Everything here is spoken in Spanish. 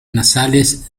nasales